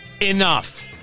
enough